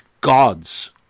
gods